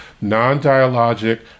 non-dialogic